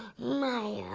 mine.